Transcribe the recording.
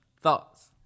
Thoughts